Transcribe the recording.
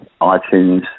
iTunes